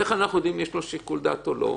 איך אנחנו יודעים אם יש לו שיקול דעת או לא?